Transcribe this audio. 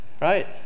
Right